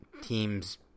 teams